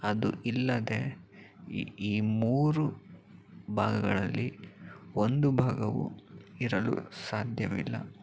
ಅದು ಇಲ್ಲದೆ ಈ ಈ ಮೂರು ಭಾಗಗಳಲ್ಲಿ ಒಂದು ಭಾಗವು ಇರಲು ಸಾಧ್ಯವಿಲ್ಲ